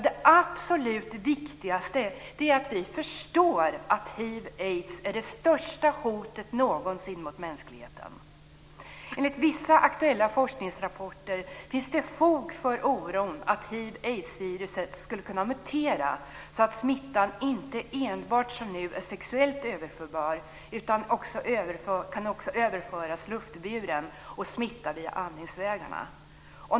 Det absolut viktigaste är att vi förstår att hiv aids-viruset skulle kunna mutera så att smittan inte enbart är sexuellt överförbar, som nu, utan också kan överföras luftburen och smitta via andningsvägarna.